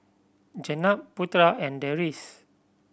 Jenab Putera and Deris